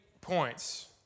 points